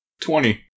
Twenty